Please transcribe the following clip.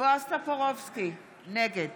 בועז טופורובסקי, נגד